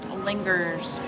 lingers